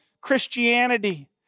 Christianity